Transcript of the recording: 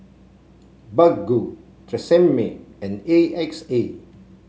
Baggu Tresemme and A X A